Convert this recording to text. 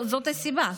זאת הסיבה.